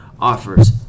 offers